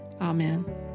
Amen